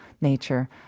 nature